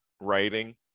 writing